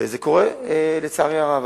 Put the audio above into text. וזה קורה לצערי הרב.